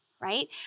Right